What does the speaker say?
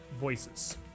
voices